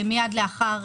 מייד לאחר